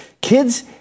kids